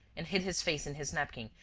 and hid his face in his napkin,